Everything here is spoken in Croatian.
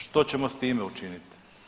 Što ćemo s time učiniti?